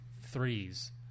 threes